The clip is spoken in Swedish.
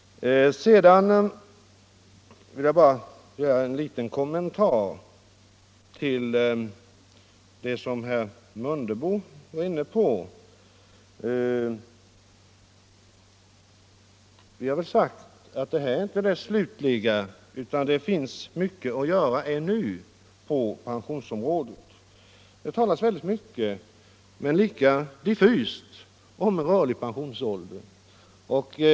Sedan skall jag bara göra en liten kommentar till vad herr Mundebo var inne på. Vi har sagt att det här inte är det slutliga målet utan att det finns mycket att göra ännu på pensionsområdet. Det talas ofta men diffust om rörlig pensionsålder.